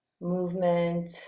movement